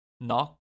Knock